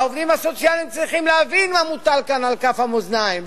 העובדים הסוציאליים צריכים להבין מה מוטל כאן על כף המאזניים.